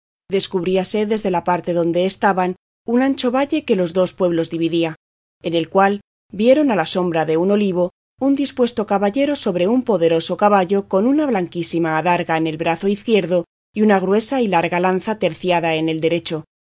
pasados sucesos descubríase desde la parte donde estaban un ancho valle que los dos pueblos dividía en el cual vieron a la sombra de un olivo un dispuesto caballero sobre un poderoso caballo con una blanquísima adarga en el brazo izquierdo y una gruesa y larga lanza terciada en el derecho